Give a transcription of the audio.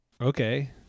okay